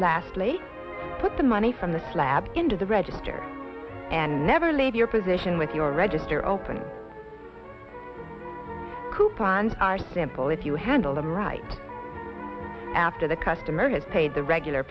lastly put the money from the slab into the register and never leave your position with your register open coupons are simple if you handle them right after the customer has paid the regular